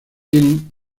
tienen